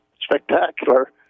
spectacular